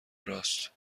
راست